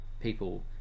people